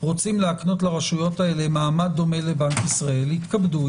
רוצים להקנות לרשויות האלה מעמד דומה לבנק ישראל יתכבדו,